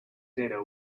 data